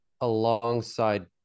alongside